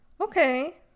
okay